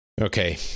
Okay